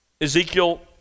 Ezekiel